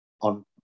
on